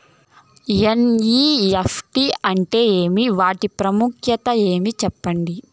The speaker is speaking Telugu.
ఎన్.ఇ.ఎఫ్.టి అంటే ఏమి వాటి ప్రాముఖ్యత ఏమి? సెప్పండి?